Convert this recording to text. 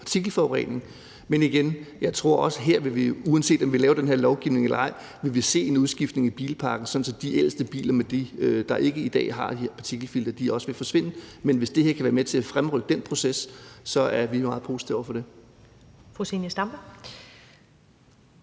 Men igen tror jeg også, at vi her, uanset om vi laver den her lovgivning eller ej, vil se en udskiftning i bilparken, sådan at de ældste biler, der ikke i dag har de her partikelfiltre, også vil forsvinde. Men hvis det her kan være med til at fremrykke den proces, er vi meget positive over for det.